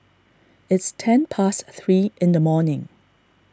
its ten past three in the morning